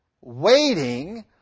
waiting